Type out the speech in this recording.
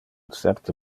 certe